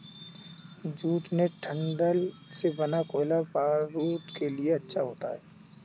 jute के डंठल से बना कोयला बारूद के लिए अच्छा होता है